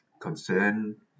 Concern